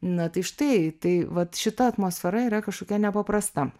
na tai štai tai vat šita atmosfera yra kažkokia nepaprasta